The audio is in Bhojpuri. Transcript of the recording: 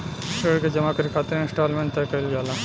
ऋण के जामा करे खातिर इंस्टॉलमेंट तय कईल जाला